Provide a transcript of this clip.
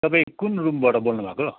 तपाईँ कुन रुमबाट बोल्नुभएको